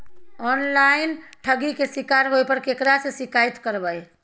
Online ठगी के शिकार होय पर केकरा से शिकायत करबै?